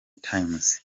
times